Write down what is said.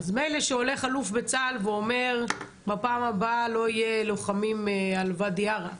אז מילא שהולך אלוף בצה"ל ואומר בפעם הבאה לא יהיה לוחמים על ואדי ערה,